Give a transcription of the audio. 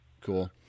Cool